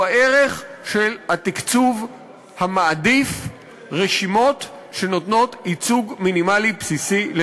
היא הדרך של התקצוב המעדיף רשימות שנותנות ייצוג מינימלי בסיסי.